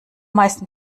meisten